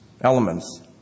Elements